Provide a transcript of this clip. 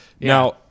Now